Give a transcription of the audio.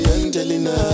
Angelina